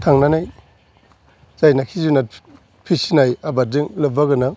थांनानै जायनाखि जुनाद फिसिनाय आबादजों लोब्बा गोनां